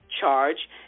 charge